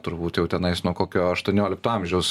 turbūt jau tenais nuo kokio aštuoniolikto amžiaus